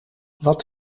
wat